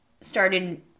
started